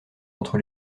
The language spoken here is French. entre